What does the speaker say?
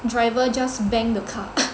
driver just bang the car